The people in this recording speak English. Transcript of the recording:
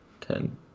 ten